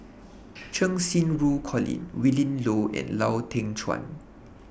Cheng Xinru Colin Willin Low and Lau Teng Chuan